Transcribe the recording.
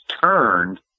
turned